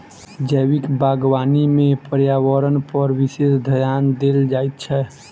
जैविक बागवानी मे पर्यावरणपर विशेष ध्यान देल जाइत छै